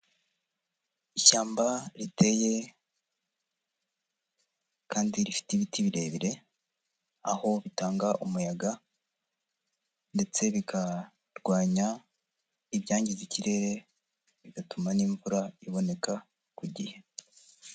Ishyamba riteye kandi rifite ibiti birebire, aho bitanga umuyaga ndetse bikarwanya ibyangiza ikirere, bigatuma n'imvura iboneka ku gihe.